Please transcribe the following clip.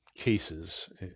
cases